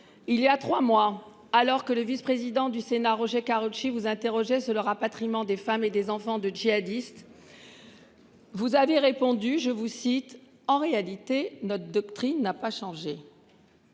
Il y a 3 mois alors que le vice-président du Sénat. Roger Karoutchi vous interroger sur le rapatriement des femmes et des enfants de djihadistes. Vous avez répondu, je vous cite, en réalité notre doctrine n'a pas changé.